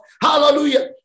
Hallelujah